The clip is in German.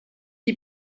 die